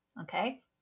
okay